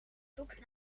zoek